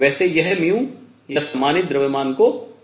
वैसे यह µ या समानीत द्रव्यमान को निरूपित करता है